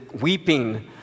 weeping